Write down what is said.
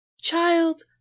Child